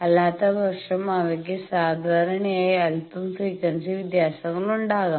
അല്ലാത്തപക്ഷം അവക്ക് സാധാരണയായി അൽപ്പം ഫ്രീക്വൻസി വിത്യാസങ്ങൾ ഉണ്ടാവുന്നു